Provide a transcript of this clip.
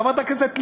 חברת הכנסת לבני,